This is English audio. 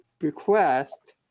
request